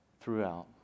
throughout